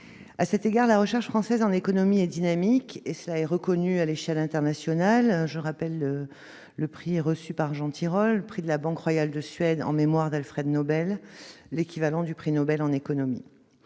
À cet égard, la recherche française en économie est dynamique, et cela est reconnu à l'échelle internationale. Je rappelle que Jean Tirole a reçu le prix de la Banque royale de Suède en mémoire d'Alfred Nobel en 2014, soit l'équivalent du prix Nobel en économie.